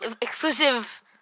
exclusive